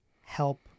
help